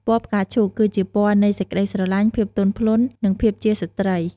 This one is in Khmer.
ពណ៌ផ្កាឈូក គឺជាពណ៌នៃ សេចក្ដីស្រឡាញ់ ភាពទន់ភ្លន់ និង ភាពជាស្ត្រី។